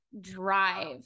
drive